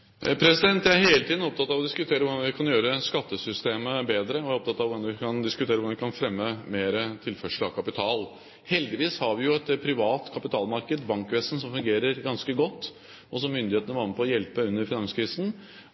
Jeg er hele tiden opptatt av å diskutere hvordan vi kan gjøre skattesystemet bedre, og jeg er opptatt av å diskutere hvordan vi kan fremme mer tilførsel av kapital. Heldigvis har vi et privat kapitalmarked, et bankvesen, som fungerer ganske godt, og som myndighetene var med på å hjelpe under finanskrisen.